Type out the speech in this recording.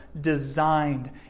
designed